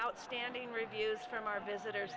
outstanding reviews from our visitors